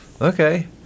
Okay